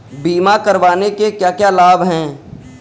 बीमा करवाने के क्या क्या लाभ हैं?